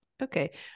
Okay